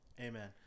Amen